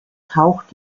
taucht